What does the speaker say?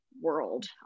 world